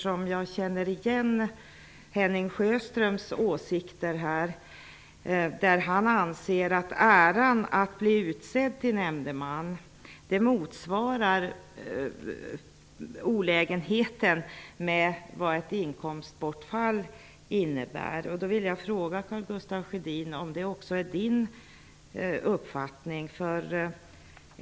Jag känner igen Henning Sjöströms åsikter i det här sammanhanget. Han anser att äran att bli utsedd till nämndeman väger upp olägenheten med ett inkomstbortfall. Jag vill då fråga: Är detta också Karl Gustaf Sjödins uppfattning?